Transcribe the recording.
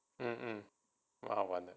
嗯嗯蛮好玩的